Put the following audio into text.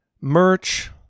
merch